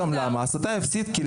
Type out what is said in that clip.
ההסתה היא אפסית כי,